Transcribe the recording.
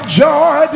joy